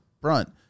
brunt